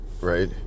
right